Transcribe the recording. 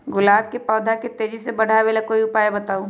गुलाब के पौधा के तेजी से बढ़ावे ला कोई उपाये बताउ?